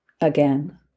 again